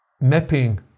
mapping